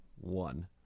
One